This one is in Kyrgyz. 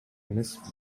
эмес